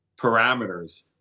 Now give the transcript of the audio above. parameters